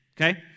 okay